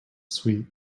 sweet